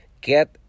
get